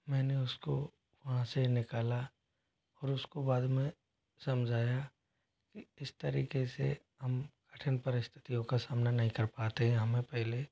मैंने उसको वहाँ से निकाला और उसको बाद में समझाया कि इस तरीके से हम कठिन परिस्थितियों का सामना नहीं कर पाते हमें पहले